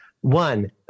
One